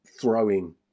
throwing